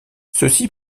ceci